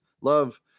Love